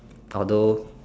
although